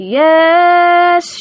yes